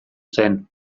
zen